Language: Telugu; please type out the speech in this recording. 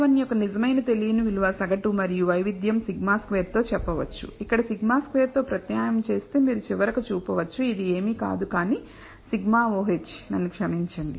β1 యొక్క నిజమైన తెలియని విలువ సగటు మరియు వైవిధ్యం σ̂2 తో చెప్పవచ్చు ఇక్కడ σ̂2 తో ప్రత్యామ్నాయం చేస్తే మీరు చివరకు చూపవచ్చు ఇది ఏమీ కాదు కానీ σ oh నన్ను క్షమించండి